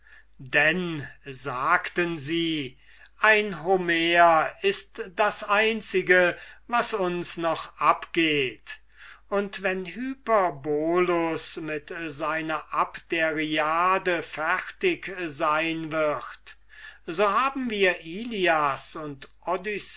denn sagten sie ein homer ist das einzige was uns noch abgeht und wenn hyperbolus mit seiner abderiade fertig sein wird so haben wir ilias und